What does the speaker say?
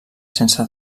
sense